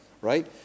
right